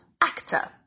actor